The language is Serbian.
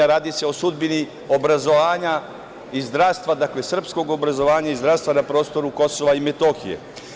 Radi se o sudbini obrazovanja i zdravstva, dakle srpskog obrazovanja i zdravstva na prostoru Kosova i Metohije.